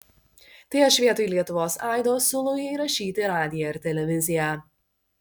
tai aš vietoj lietuvos aido siūlau įrašyti radiją ir televiziją